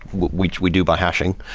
which we do by hashing.